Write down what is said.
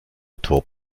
top